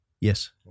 Yes